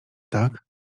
tak